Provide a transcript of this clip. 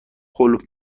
هول